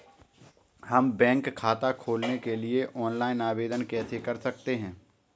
हम बैंक खाता खोलने के लिए ऑनलाइन आवेदन कैसे कर सकते हैं?